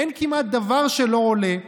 אין כמעט דבר שלא עולה.